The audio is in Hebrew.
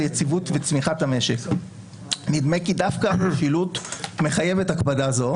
יציבות וצמיחת המשק נדמה כי דווקא המשילות מחייבת הקפדה זו,